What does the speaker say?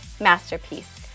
masterpiece